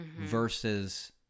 versus